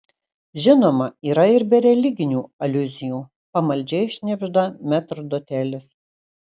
žinoma yra ir be religinių aliuzijų pamaldžiai šnibžda metrdotelis